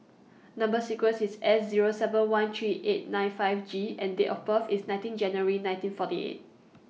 Number sequence IS S Zero seven one three eight nine five G and Date of birth IS nineteen January nineteen forty eight